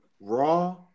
raw